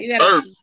Earth